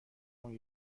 اون